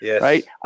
Right